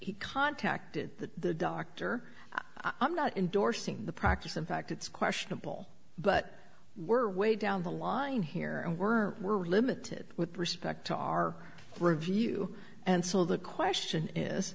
he contacted the doctor i'm not endorsing the practice in fact it's questionable but were way down the line here and we're we're limited with respect to our review and so well the question is